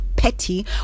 petty